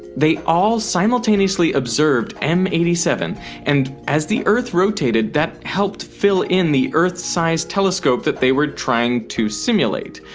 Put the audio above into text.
they all simultaneously observed m eight seven and as the earth rotated that helped fill in the earth-sized telescope that they were trying to simulate.